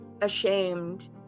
ashamed